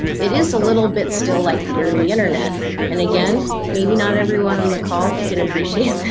it is a little bit still like the early internet and again maybe not everyone on the call can appreciate